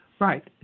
Right